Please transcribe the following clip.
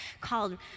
called